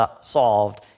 solved